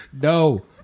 No